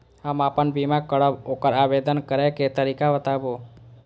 हम आपन बीमा करब ओकर आवेदन करै के तरीका बताबु?